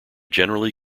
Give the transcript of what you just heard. generally